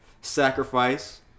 Sacrifice